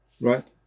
right